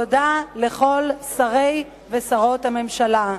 תודה לכל שרי ושרות הממשלה.